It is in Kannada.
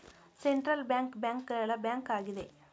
ಸೆಂಟ್ರಲ್ ಬ್ಯಾಂಕ್ ಬ್ಯಾಂಕ್ ಗಳ ಬ್ಯಾಂಕ್ ಆಗಿದೆ